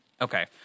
Okay